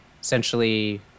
essentially